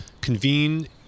convene